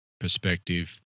perspective